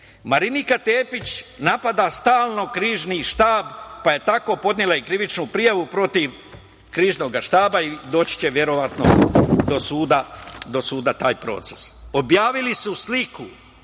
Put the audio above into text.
ljudi. Marinika Tepić napada stalno Krizni štab, pa je tako podnela i krivičnu prijavu protiv Kriznog štaba. Doći će verovatno do suda taj proces. Objavili su sliku